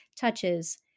touches